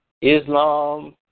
Islam